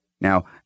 Now